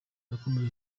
yakomeje